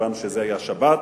כיוון שזה היה בשבת.